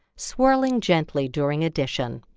swirling gently during addition.